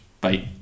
bye